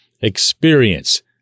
experience